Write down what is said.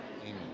amen